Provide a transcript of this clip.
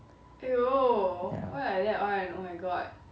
ya